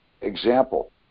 Example